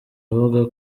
avuga